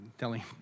Telling